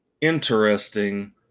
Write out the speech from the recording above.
interesting